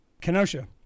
Kenosha